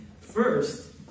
First